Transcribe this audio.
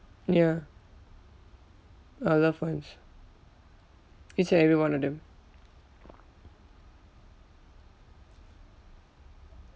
ya uh loved ones each and every one of them